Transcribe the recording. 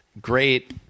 great